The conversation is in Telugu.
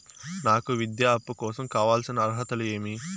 నాకు విద్యా అప్పు కోసం కావాల్సిన అర్హతలు ఏమి?